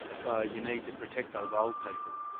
so you need to protect those old people.